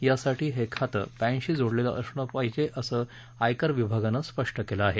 यासाठी हे खातं पॅनशी जोडलेलं असलं पाहिजे असं आयकर विभागनं स्पष्ट केलं आहे